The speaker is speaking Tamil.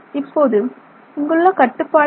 இப்போது இங்குள்ள கட்டுப்பாடு என்ன